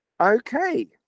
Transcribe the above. Okay